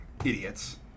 idiots